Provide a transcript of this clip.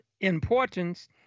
importance